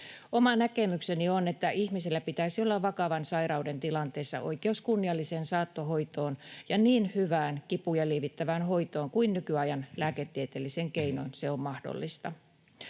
Oma näkemykseni on, että ihmisellä pitäisi olla vakavan sairauden tilanteessa oikeus kunnialliseen saattohoitoon ja niin hyvään kipuja lievittävään hoitoon kuin nykyajan lääketieteellisin keinoin on mahdollista.